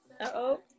Uh-oh